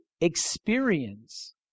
experience